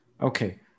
Okay